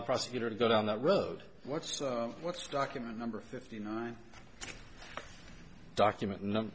the prosecutor to go down that road what's what's document number fifty nine document number